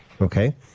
okay